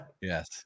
Yes